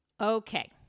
Okay